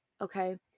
okay